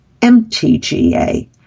MTGA